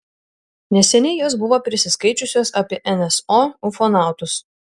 neseniai jos buvo prisiskaičiusios apie nso ufonautus